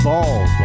Balls